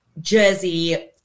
Jersey